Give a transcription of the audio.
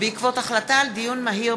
בעקבות דיון מהיר